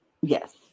Yes